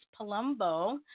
Palumbo